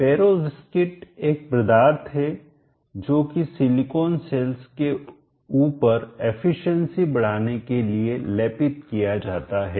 perovskite एक पदार्थ है जोकि सिलिकॉन सेल्स के ऊपर एफिशिएंसी दक्षता बढ़ाने के लिए लेपित किया जाता है